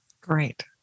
Great